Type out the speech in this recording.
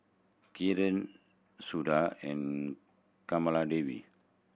Kiran Suda and Kamaladevi